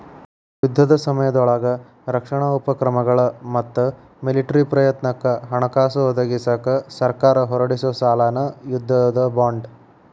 ಯುದ್ಧದ ಸಮಯದೊಳಗ ರಕ್ಷಣಾ ಉಪಕ್ರಮಗಳ ಮತ್ತ ಮಿಲಿಟರಿ ಪ್ರಯತ್ನಕ್ಕ ಹಣಕಾಸ ಒದಗಿಸಕ ಸರ್ಕಾರ ಹೊರಡಿಸೊ ಸಾಲನ ಯುದ್ಧದ ಬಾಂಡ್